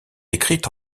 écrite